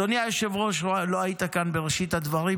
אדוני היושב-ראש, לא היית כאן בראשית הדברים.